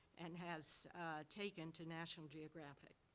and has taken to national geographic.